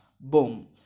boom